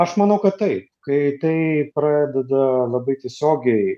aš manau kad taip kai tai pradeda labai tiesiogiai